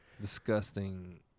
disgusting